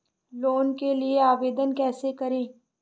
Loan के लिए आवेदन कैसे करें?